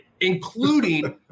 including